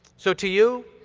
so to you,